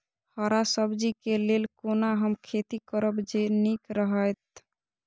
हरा सब्जी के लेल कोना हम खेती करब जे नीक रहैत?